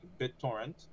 BitTorrent